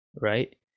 right